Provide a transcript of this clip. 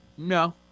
no